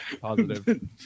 Positive